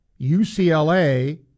UCLA